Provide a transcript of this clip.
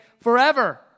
forever